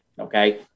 Okay